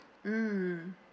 mm